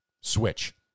switch